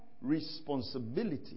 responsibility